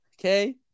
Okay